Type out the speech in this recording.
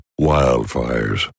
wildfires